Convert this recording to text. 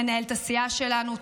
מנהלת הסיעה שלנו.